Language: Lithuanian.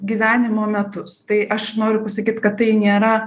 gyvenimo metus tai aš noriu pasakyt kad tai nėra